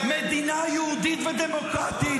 -- מדינה יהודית ודמוקרטית